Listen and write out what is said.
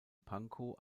pankow